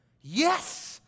Yes